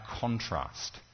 contrast